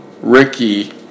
Ricky